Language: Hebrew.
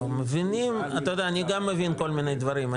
אתה יודע, אני גם מבין כל מיני דברים.